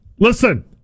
Listen